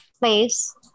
Place